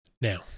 Now